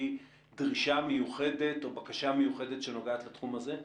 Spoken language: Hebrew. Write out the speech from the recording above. דרישה מיוחדת או בקשה מיוחדת שנוגעת לתחום הזה?